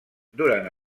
durant